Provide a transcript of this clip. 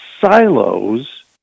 silos